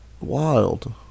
Wild